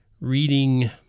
reading